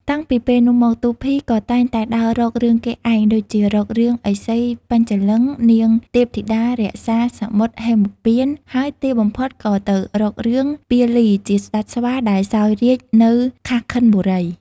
តាំងពីពេលនោះមកទូភី ក៏តែងតែដើររករឿងគេឯង ដូចជារករឿង ឥសីបញ្ចាលឹង្គនាង ទេពធីតារក្សាសមុទ្រហេមពាន្ត ហើយទីបំផុតក៏ទៅរករឿង ពាលីជាស្តេចស្វាដែលសោយរាជ្យនៅ ខាស់ខិនបុរី។